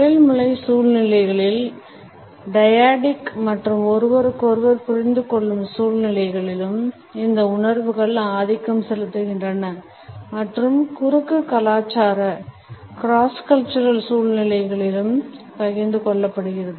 தொழில்முறை சூழ்நிலைகளிலும் டையாடிக் மற்றும் ஒருவருக்கொருவர் புரிந்துகொள்ளும் சூழ்நிலைகளிலும் இந்த உணர்வுகள் ஆதிக்கம் செலுத்துகின்றன மற்றும் குறுக்கு கலாச்சார சூழ்நிலைகளால் பகிர்ந்து கொள்ளப்படுகின்றன